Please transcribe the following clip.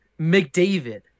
McDavid